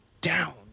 down